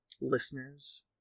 listeners